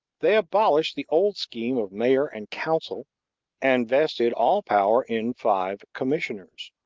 they abolished the old scheme of mayor and council and vested all power in five commissioners,